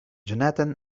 johnathan